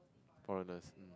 foreigners